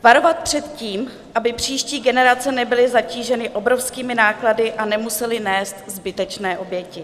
Varovat před tím, aby příští generace nebyly zatíženy obrovskými náklady a nemusely nést zbytečné oběti.